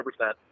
100%